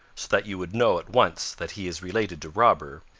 that you would know at once that he is related to robber,